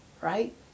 right